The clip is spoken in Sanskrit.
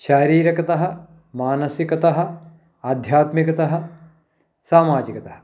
शारीरिकतः मानसिकतः आध्यात्मिकतः सामाजिकतः